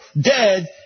dead